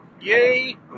Yay